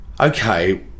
okay